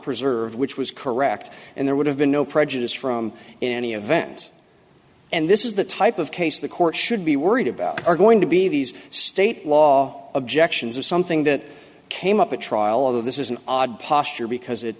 preserved which was correct and there would have been no prejudice from in any event and this is the type of case the court should be worried about are going to be these state law objections or something that came up at trial of this is an odd posture because it